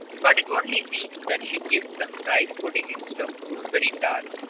but it only means that she gives them rice pudding instead of gooseberry tart.